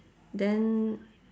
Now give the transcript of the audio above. then